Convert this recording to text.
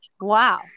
Wow